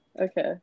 okay